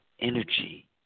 energy